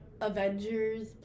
Avengers